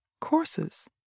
courses